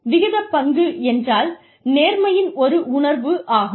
விகிதப் பங்கு என்றால் நேர்மையின் ஒரு உணர்வு ஆகும்